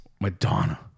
Madonna